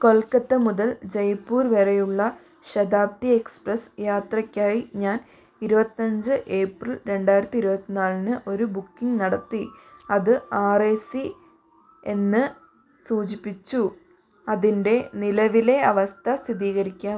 കൊൽക്കത്ത മുതൽ ജയ്പൂർ വരെയുള്ള ശതാബ്ദി എക്സ്പ്രസ്സ് യാത്രയ്ക്കായി ഞാൻ ഇരുപത്തഞ്ച് ഏപ്രിൽ രണ്ടായിരത്തി ഇരുപത്തിനാലിന് ഒരു ബുക്കിങ് നടത്തി അത് ആർ എ സി എന്ന് സൂചിപ്പിച്ചു അതിൻ്റെ നിലവിലെ അവസ്ഥ സ്ഥിതീകരിക്കാ